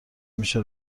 میشه